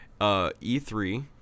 E3